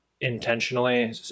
intentionally